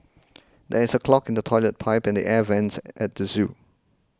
there is a clog in the Toilet Pipe and the Air Vents at the zoo